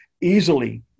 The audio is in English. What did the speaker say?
Easily